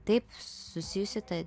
taip susijusi ta